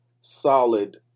solid